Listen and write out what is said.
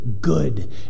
good